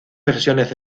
versiones